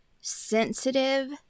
sensitive